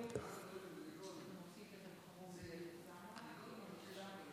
ההצעה להעביר